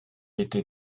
était